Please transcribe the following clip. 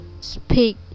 speak